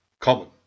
Common